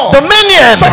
dominion